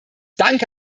danke